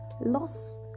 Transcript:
loss